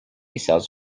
cells